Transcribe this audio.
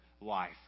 life